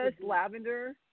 lavender